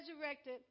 resurrected